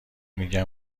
میگن